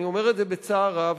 אני אומר את זה בצער רב,